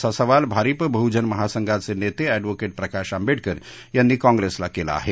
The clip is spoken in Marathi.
असा सवाल भारिप बहुजन महासंघाचे नेते एडव्होकेट प्रकाश आंबेडकर यांनी कॉंप्रेसला केला आहे